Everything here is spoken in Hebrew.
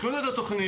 הכינו את התכנית,